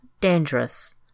dangerous